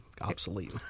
obsolete